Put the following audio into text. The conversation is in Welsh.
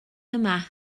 yma